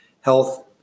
health